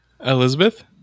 Elizabeth